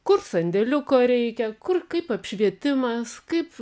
kur sandėliuko reikia kur kaip apšvietimas kaip